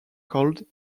called